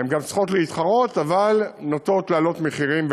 הן גם צריכות להתחרות אבל הן נוטות להעלות מחירים.